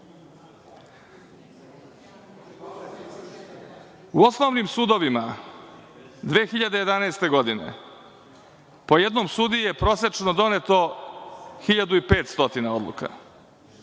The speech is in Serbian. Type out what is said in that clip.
osnovnim sudovima 2011. godine po jednom sudiji je prosečno doneo 1500 odluka,